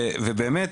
ובאמת,